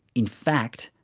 in fact,